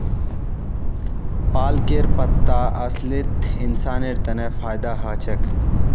पालकेर पत्ता असलित इंसानेर तन फायदा ह छेक